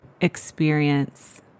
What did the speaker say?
experience